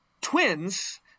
twins